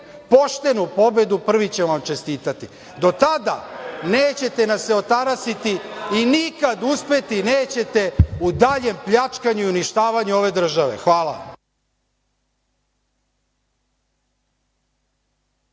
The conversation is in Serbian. poštenu pobedu, prvi ćemo vam čestitati. Do tada nećete nas se otarasiti i nikad uspeti nećete u daljem pljačkanju i uništavanju ove države. Hvala.